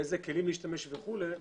באיזה כלים להשתמש וכולי,